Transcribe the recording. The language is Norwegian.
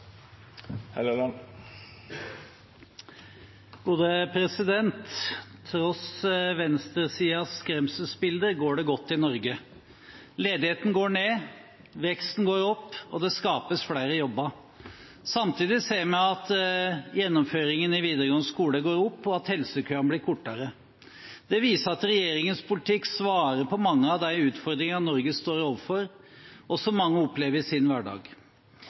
det godt i Norge. Ledigheten går ned, veksten går opp og det skapes flere jobber. Samtidig ser vi at gjennomføringen i videregående skole går opp, og at helsekøene blir kortere. Det viser at regjeringens politikk svarer på mange av de utfordringene Norge står overfor, og som mange opplever i sin hverdag.